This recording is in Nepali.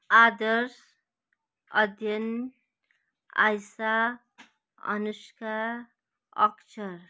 आदर्श अध्ययन आयशा अनुष्का अक्षर